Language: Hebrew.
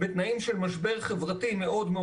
בתנאים של משבר חברתי גדול מאוד.